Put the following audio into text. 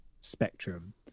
spectrum